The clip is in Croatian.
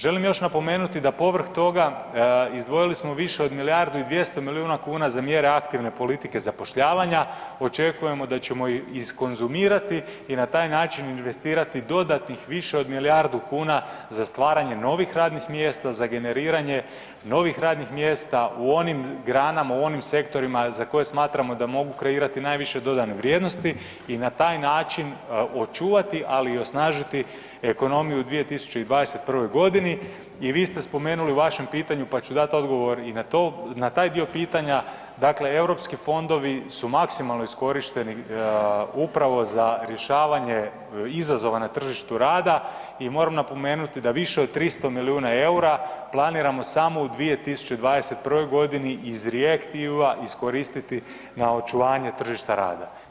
Želim još napomenuti da povrh toga, izdvojili smo više od milijardu i 200 milijuna kuna za mjere aktivne politike zapošljavanja, očekujemo da ćemo ih iskonzumirati i na taj način investirati dodatnih više od milijardu kuna za stvaranje novih radnih mjesta, za generiranje novih radnih mjesta u onim granama, u onim sektorima za koje smatramo da mogu kreirati najviše dodane vrijednosti i na taj način očuvati ali i osnažiti ekonomiju i u 2021. g. i vi ste spomenuli u vašem pitanju pa ću dat odgovor i na taj dio pitanja, dakle europski fondovi su maksimalno iskorišteni upravo za rješavanje izazova na tržištu rada i moramo napomenuti da više od 300 milijuna eura planiramo samo u 2021. g. iz ... iskoristiti na očuvanju tržišta rada.